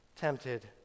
tempted